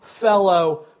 fellow